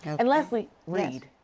and lastly, read.